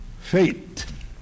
faith